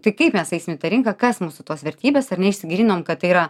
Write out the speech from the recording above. tai kaip mes eisim į tą rinką kas mūsų tos vertybės ar ne išsigryninom kad tai yra